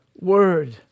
word